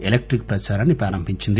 electric ప్రదారాన్ని ప్రారంభించింది